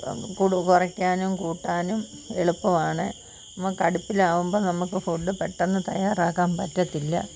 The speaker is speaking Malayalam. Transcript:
കുറക്കാനും കൂട്ടാനും എളുപ്പമാണ് നമുക്ക് അടുപ്പിലാവുമ്പോൾ നമുക്ക് ഫുഡ് പെട്ടെന്ന് തയ്യാറാക്കാൻ പറ്റത്തില്ല